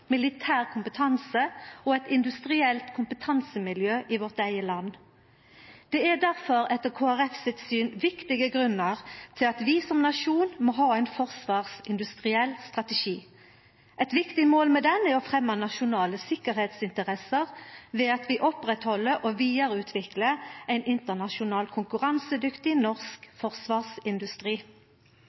militær kompetanse og eit industrielt kompetansemiljø i vårt eige land. Etter Kristeleg Folkeparti sitt syn er det difor viktige grunnar til at vi som nasjon må ha ein forsvarsindustriell strategi. Eit viktig mål med ein slik strategi er å fremja nasjonale sikkerheitsinteresser ved at vi opprettheld og vidareutviklar ein internasjonalt konkurransedyktig norsk forsvarsindustri.